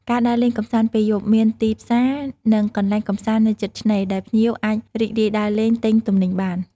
ការដើរលេងកម្សាន្តពេលយប់ មានទីផ្សារ និងកន្លែងកម្សាន្តនៅជិតឆ្នេរ ដែលភ្ញៀវអាចរីករាយដើរលេង ទិញទំនិញបាន។